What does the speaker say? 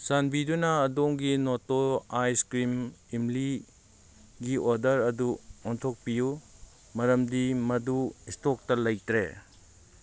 ꯆꯥꯟꯕꯤꯗꯨꯅ ꯑꯗꯣꯝꯒꯤ ꯅꯣꯇꯣ ꯑꯥꯏꯁꯀ꯭ꯔꯤꯝ ꯏꯝꯂꯤꯒꯤ ꯑꯣꯗꯔ ꯑꯗꯨ ꯑꯣꯟꯊꯣꯛꯄꯤꯎ ꯃꯔꯝꯗꯤ ꯃꯗꯨ ꯏꯁꯇꯣꯛꯇ ꯂꯩꯇ꯭ꯔꯦ